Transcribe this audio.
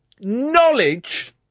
knowledge